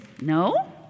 No